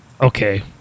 Okay